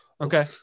Okay